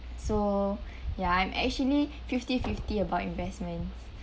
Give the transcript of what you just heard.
so ya I'm actually fifty fifty about investments